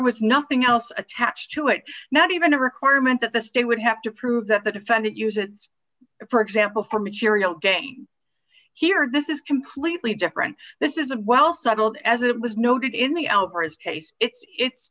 was nothing else attached to it not even a requirement that the state would have to prove that the defendant uses for example for material gain here this is completely different this is a well settled as it was noted in the